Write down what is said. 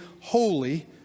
holy